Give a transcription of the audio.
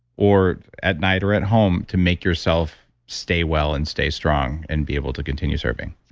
or at night, or at home to make yourself stay well and stay strong, and be able to continue serving?